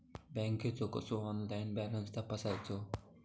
बँकेचो कसो online balance तपासायचो?